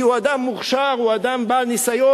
כי הוא אדם מוכשר ובעל ניסיון,